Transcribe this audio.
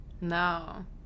no